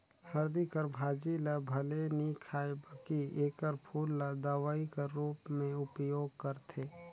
हरदी कर भाजी ल भले नी खांए बकि एकर फूल ल दवई कर रूप में उपयोग करथे